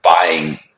buying